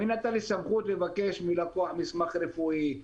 מי נתן לי סמכות לבקש מלקוח מסמך רפואי,